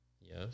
Yes